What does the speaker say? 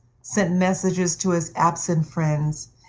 sent messages to his absent friends,